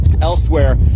elsewhere